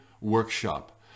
workshop